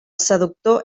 seductor